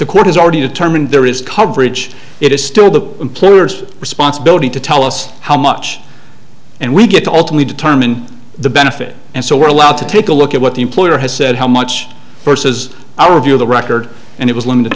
has already determined there is coverage it is still the employer's responsibility to tell us how much and we get to ultimately determine the benefit and so we're allowed to take a look at what the employer has said how much versus our view of the record and it was limited